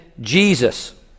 Jesus